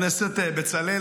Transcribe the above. חבר הכנסת בצלאל,